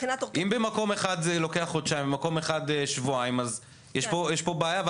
אם במקום אחד זה לוקח חודשיים ובמקום אחר שבועיים אז יש פה בעיה,